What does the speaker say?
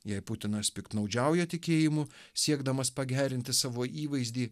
jei putinas piktnaudžiauja tikėjimu siekdamas pagerinti savo įvaizdį